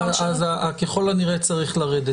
ככל הנראה צריך לרדת.